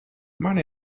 man